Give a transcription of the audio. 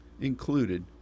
included